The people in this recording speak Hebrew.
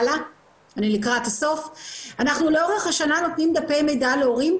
אנחנו לאורך השנה נותנים דפי מידע להורים,